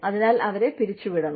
അതിനാൽ അവരെ പിരിച്ചുവിടണം